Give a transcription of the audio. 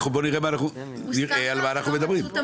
בוא נראה על מה אנחנו מדברים.